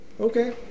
Okay